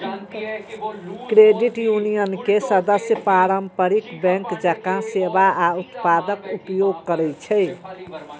credit union के सदस्य पारंपरिक बैंक जकां सेवा आ उत्पादक उपयोग करै छै